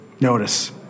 notice